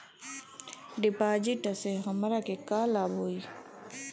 डिपाजिटसे हमरा के का लाभ होई?